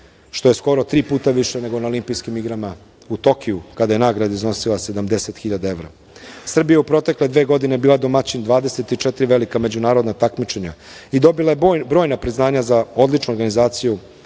što je skoro tri puta više nego na Olimpijskim igrama u Tokiju kada je nagrada iznosila 70 hiljada evra. Srbija je u protekle dve godine bila domaćin 24 velika međunarodna takmičenja i dobila je brojna priznanja za odličnu organizaciju,